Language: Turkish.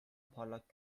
parlak